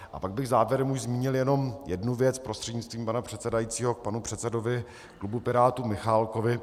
A pak bych závěrem už zmínil jednom jednu věc prostřednictvím pana předsedajícího k panu předsedovi klubu Pirátů Michálkovi.